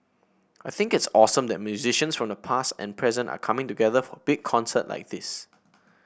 I think it's awesome that musicians from the past and present are coming together for a big concert like this